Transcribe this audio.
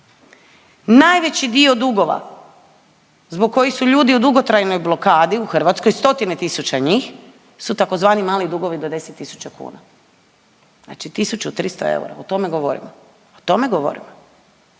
Najveći dio dugova zbog kojih su ljudi u dugotrajnoj blokadi u Hrvatskoj, stotine tisuća njih su tzv. mali dugovi do 10 tisuća kuna. Znači 1300 eura, o tome govorimo, o tome govorimo.